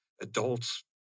Adults